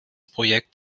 projekt